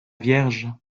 vierge